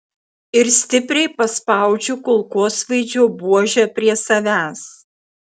ir stipriai paspaudžiu kulkosvaidžio buožę prie savęs